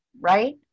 right